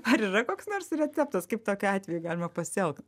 ar yra koks nors receptas kaip tokiu atveju galima pasielgt